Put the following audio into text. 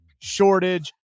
shortage